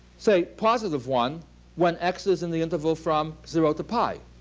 say, positive one when x is in the interval from zero to pi.